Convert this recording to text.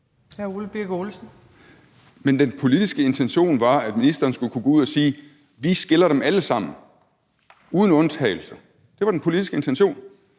Men den politiske intention var, at ministeren skulle kunne gå ud og sige: Vi skiller dem alle sammen, uden undtagelse. Det var den politiske intention.